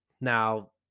Now